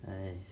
!hais!